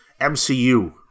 MCU